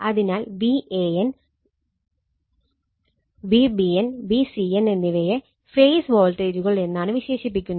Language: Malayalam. അതിനാൽ Van Vbn Vcn എന്നിവയെ ഫേസ് വോൾട്ടേജുകൾ എന്നാണ് വിശേഷിപ്പിക്കുന്നത്